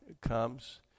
comes